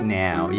now